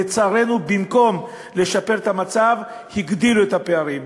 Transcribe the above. לצערנו, במקום לשפר את המצב, הגדילו את הפערים.